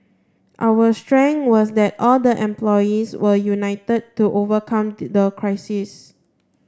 our strength was that all the employees were united to overcome the crisis